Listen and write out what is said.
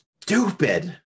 stupid